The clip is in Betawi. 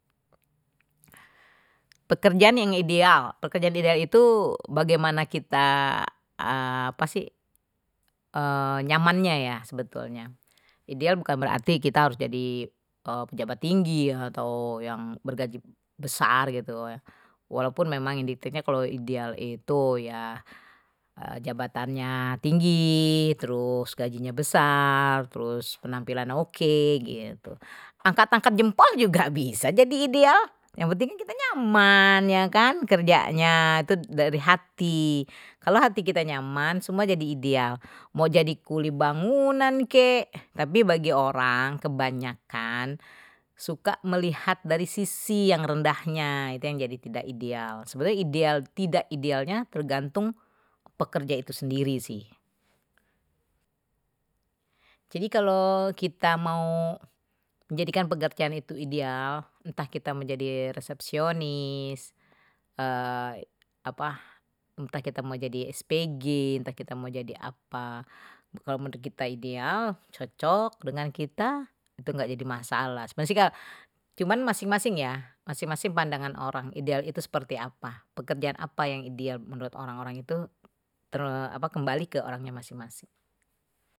Pekerjaan yang ideal, pekerjaan ideal itu bagaimana kita, apa sih nyamannya ya sebetulnya ideal bukan berarti kita harus jadi pejabat tinggi, atau yang bergaji besar gitu. Walaupun memang jabatannya tinggi terus gajinya besar terus penampilan oke gitu, angkat-angkat jempol juga bisa jadi ideal yang penting kan kita nyaman ya kan kerjanya, itu dari hati kalau hati kita nyaman semua jadi ideal mau jadi kuli bangunan kek, tapi bagi orang kebanyakan suka melihat dari sisi yang rendahnya, itu yang jadi tidak ideal sebenarnya ideal tidak idealnya tergantung pekerja itu sendiri sih, jadi kalau kita mau menjadikan pekerjaan itu ideal entah kita menjadi resepsionis apa entah kita mau jadi spg entah kita mau jadi apa kalau menurut kita ideal cocok dengan kita itu enggak jadi masalah, sebenarnya sih cuman masing-masing ya masing-masing pandangan orang ideal itu seperti apa pekerjaan apa yang dia menurut orang-orang itu eee apa kembali ke orangnya masing-masing.